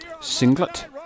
singlet